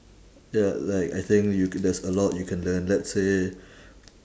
ya like I think you there's a lot you can learn let's say